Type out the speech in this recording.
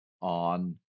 on